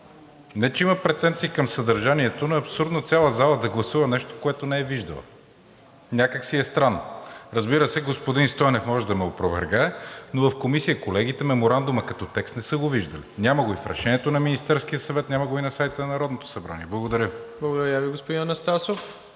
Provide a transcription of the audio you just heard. Не че имам претенции към съдържанието, но е абсурдно цяла зала да гласува нещо, което не е виждала. Някак си е странно. Разбира се, господин Стойнев може да ме опровергае, но в Комисията колегите Меморандума като текст не са го виждали, няма го и в Решението на Министерския съвет, няма го и на сайта на Народното събрание. Благодаря Ви. ПРЕДСЕДАТЕЛ МИРОСЛАВ ИВАНОВ: Благодаря Ви, господин Анастасов.